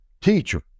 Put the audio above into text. Teacher